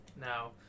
Now